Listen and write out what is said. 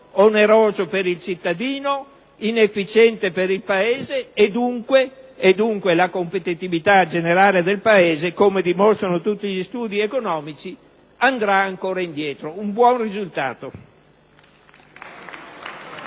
oneroso per il cittadino, inefficiente per il Paese. E dunque la competitività generale del Paese, come dimostrano tutti gli studi economici, andrà ancora indietro: un buon risultato!